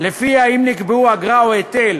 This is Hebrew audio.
שלפיה אם נקבעו אגרה או היטל